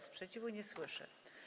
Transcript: Sprzeciwu nie słyszę.